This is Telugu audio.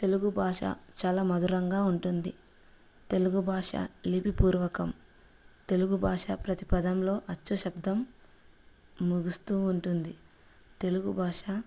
తెలుగు భాష చాలా మధురంగా ఉంటుంది తెలుగు భాష లిపిపూర్వకం తెలుగు భాష ప్రతిపదంలో అచ్చు శబ్దం ముగుస్తూ ఉంటుంది తెలుగు భాష